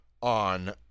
on